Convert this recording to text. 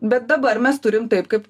bet dabar mes turim taip kaip